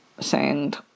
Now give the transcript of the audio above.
sand